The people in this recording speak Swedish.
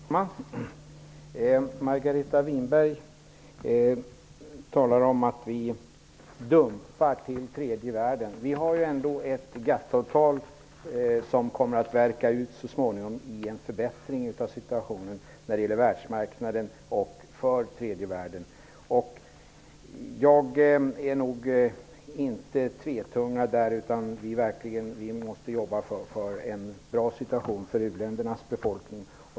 Herr talman! Margareta Winberg säger att vi dumpar överskott till tredje världen. Då vill jag erinra om att vi har ett GATT-avtal som så småningom verkar ut i en förbättrad situation när det gäller världsmarknaden och tredje världen. Jag talar nog inte med kluven tunga. Vi måste verkligen jobba för en bra situation för u-ländernas befolkning.